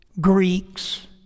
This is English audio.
Greeks